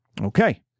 Okay